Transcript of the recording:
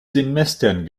semestern